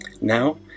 Now